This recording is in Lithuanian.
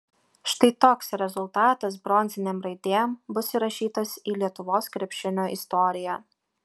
štai toks rezultatas bronzinėm raidėm bus įrašytas į lietuvos krepšinio istoriją